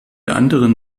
anderen